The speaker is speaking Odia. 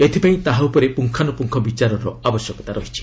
ଏଥିପାଇଁ ତାହା ଉପରେ ପୁଙ୍ଗାନୁପୁଙ୍ଗ ବିଚାରର ଆବଶ୍ୟକତା ରହିଛି